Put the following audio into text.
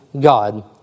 God